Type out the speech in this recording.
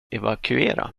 evakuera